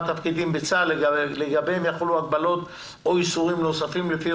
תפקידים בצה"ל לגביהם יחולו הגבלות או איסורים נוספים לפי